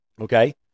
okay